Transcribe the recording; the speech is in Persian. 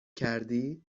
کردی